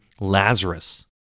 Lazarus